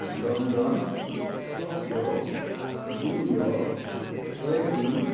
London Tokyo New York Beijing